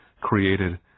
created